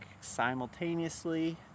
simultaneously